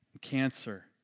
cancer